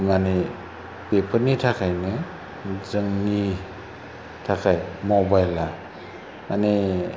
मानि बेफोरनि थाखायनो जोंनि थाखाय मबाइलआ मानि